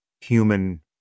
human